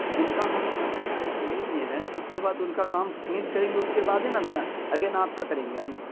جن کا ہم جب سائٹ لے لیے ہیں تو اس کے بعد ان کا کام فنش کریں گے اس کے بعد ہی نا اپنا اگین آپ کا کریں گے ہم